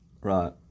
Right